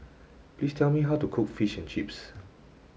please tell me how to cook fish and chips